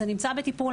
זה נמצא בטיפול.